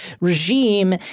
regime